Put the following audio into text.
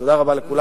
תודה רבה לכולם.